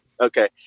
Okay